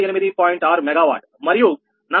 6 megawatt మరియు 45